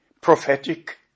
prophetic